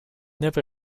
never